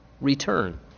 return